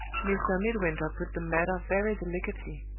mr. midwinter put the matter very delicately,